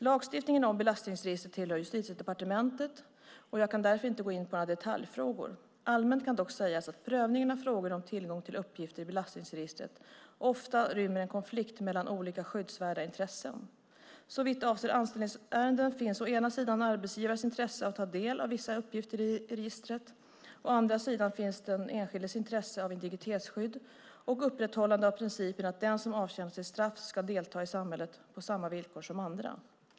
Lagstiftningen om belastningsregistret tillhör Justitiedepartementet och jag kan därför inte gå in på några detaljfrågor. Allmänt kan dock sägas att prövningen av frågor om tillgång till uppgifter i belastningsregistret ofta rymmer en konflikt mellan olika skyddsvärda intressen. Såvitt avser anställningsärenden finns å ena sidan arbetsgivares intresse av att ta del av vissa uppgifter i registret. Å andra sidan finns den enskildes intresse av integritetsskydd och upprätthållandet av principen att den som avtjänat sitt straff ska få delta i samhället på samma villkor som andra.